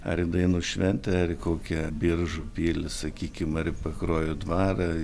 ar į dainų šventę kokią biržų pilį sakykim ar į pakruojo dvarą